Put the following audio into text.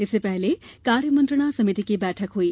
इससे पहले कार्य मंत्रणा समिति की बैठक हुई